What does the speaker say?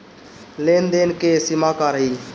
लेन देन के सिमा का रही?